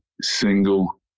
single